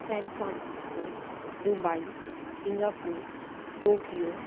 San Francisco Dubai Singapore Tokyo